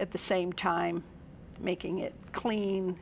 at the same time making it clean